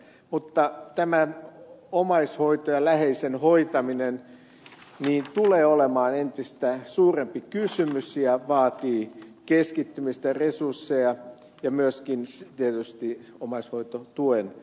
mutta omaishoito ja läheisen hoitaminen tulee olemaan entistä suurempi kysymys ja vaatii keskittymistä ja resursseja ja myöskin tietysti omaishoidon tuen kehittämistä